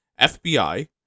FBI